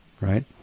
right